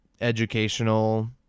Educational